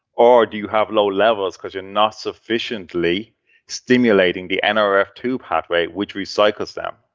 or do you have low levels because you are not sufficiently stimulating the n r f two pathway which recycles them?